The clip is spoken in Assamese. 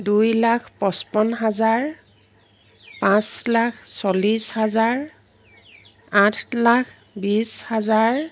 দুই লাখ পঁচপন্ন হাজাৰ পাঁচ লাখ চল্লিছ হাজাৰ আঠ লাখ বিছ হাজাৰ